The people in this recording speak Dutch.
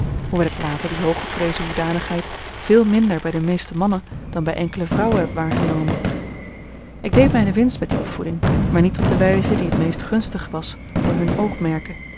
hoewel ik later die hooggeprezen hoedanigheid veel minder bij de meeste mannen dan bij enkele vrouwen heb waargenomen ik deed mijne winst met die opvoeding maar niet op de wijze die het meest gunstig was voor hunne oogmerken